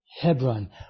Hebron